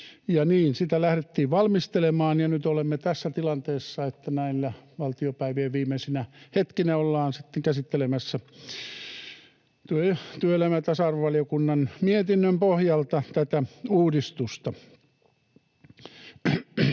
sitä lähdettiin valmistelemaan, ja nyt olemme tässä tilanteessa, että näinä valtiopäivien viimeisinä hetkinä ollaan sitten käsittelemässä työelämä- ja tasa-arvovaliokunnan mietinnön pohjalta tätä uudistusta.